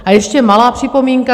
A ještě malá připomínka.